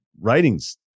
writing's